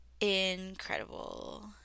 incredible